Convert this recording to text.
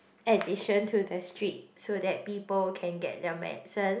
addition to the street so that people can get their medicine